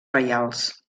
reials